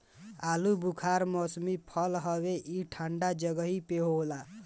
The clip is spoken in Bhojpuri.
आलूबुखारा मौसमी फल हवे ई ठंडा जगही पे होला